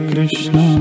Krishna